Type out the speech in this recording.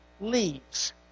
leaves